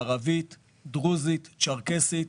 ערבית, דרוזית, צ'רקסית.